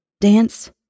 dance